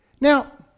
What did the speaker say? Now